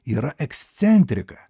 yra ekscentrika